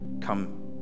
come